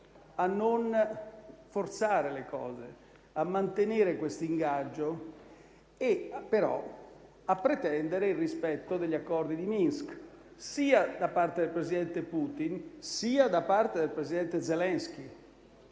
a non forzare le cose, a mantenere questo ingaggio e a pretendere, però, il rispetto degli accordi di Minsk da parte sia del presidente Putin che del presidente Zelensky.